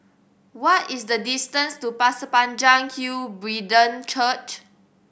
what is the distance to Pasir Panjang Hill Brethren Church